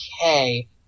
okay